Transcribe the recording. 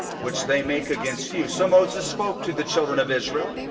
which they make against you so moses spoke to the children of israel,